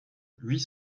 huit